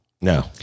No